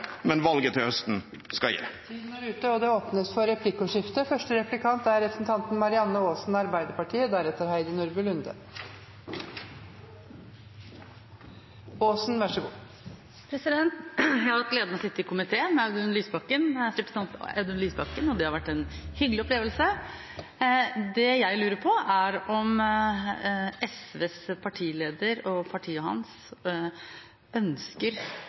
men valget til høsten skal gi det. Det blir replikkordskifte. Jeg har hatt gleden av å sitte i komité med representanten Audun Lysbakken, og det har vært en hyggelig opplevelse. Det jeg lurer på, er om SVs partileder og partiet hans ønsker